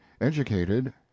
Educated